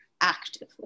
actively